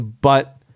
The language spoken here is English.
but-